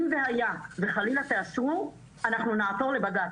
אם חלילה תאשרו את זה, אנחנו נעתור לבג"ץ.